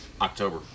October